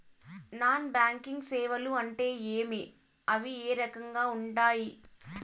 non banking సేవలు అంటే ఏమి అవి ఏ రకంగా ఉండాయి